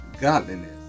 godliness